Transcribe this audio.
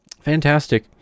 Fantastic